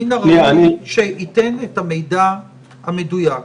מן הראוי שייתן את המידע המדויק.